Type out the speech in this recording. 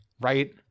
right